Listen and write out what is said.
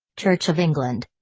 church of england.